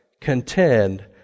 contend